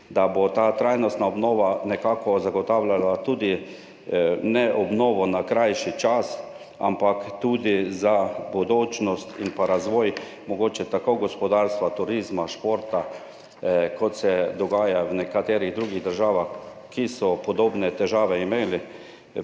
da bo ta trajnostna obnova nekako zagotavljala ne samo obnove na krajši čas, ampak tudi za bodočnost in razvoj tako gospodarstva, turizma, športa, kot se dogaja v nekaterih drugih državah, ki so imele podobne težave,